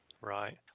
Right